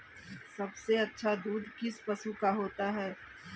सबसे अच्छा दूध किस पशु का होता है?